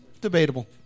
Debatable